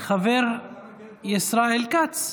מה ישראל כץ?